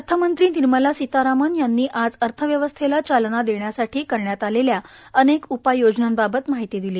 अर्थमंत्री निर्मला सीतारामन् यांनी आज अर्थव्यवस्थेला चालना देण्यासाठी करण्यात आलेल्या अनेक उपाययोजनांबाबत माहिती दिली